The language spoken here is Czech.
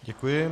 Děkuji.